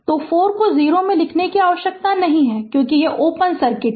तो 4 को 0 में लिखने की आवश्यकता नहीं है क्योंकि यह ओपन सर्किट है